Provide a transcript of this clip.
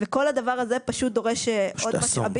וכל הדבר הזה פשוט דורש עוד משאבים.